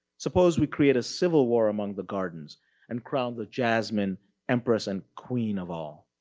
suppose we create a civil war among the gardens and crown the jasmine empress and queen of all.